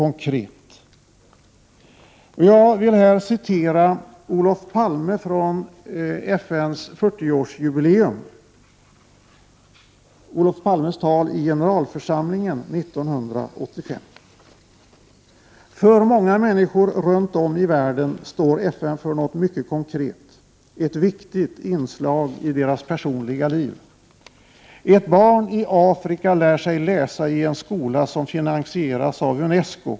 I sitt tali generalförsamlingen vid FN:s 40-årsjubileum 1985 sade Olof Palme: ”För många människor runt om i världen står FN för något mycket konkret, ett viktigt inslag i deras personliga vardagsliv. Ett barn i Afrika lär sig läsa i en skola som finansieras av Unesco.